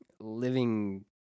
living